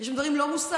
יש שם דברים לא מוסריים,